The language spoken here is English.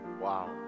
Wow